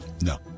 No